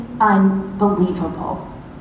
unbelievable